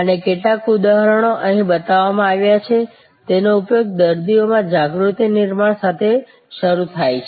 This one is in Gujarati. અને કેટલાક ઉદાહરણો અહીં બતાવવામાં આવ્યા છે તેનો ઉપયોગ દર્દીઓમાં જાગૃતિ નિર્માણ સાથે શરૂ થાય છે